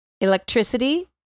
electricity